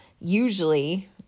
usually